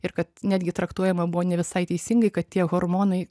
ir kad netgi traktuojama buvo ne visai teisingai kad tie hormonai